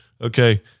Okay